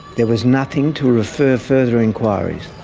there was nothing to refer further enquiries.